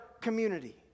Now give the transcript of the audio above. community